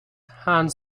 hand